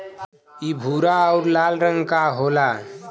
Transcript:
इ भूरा आउर लाल रंग क होला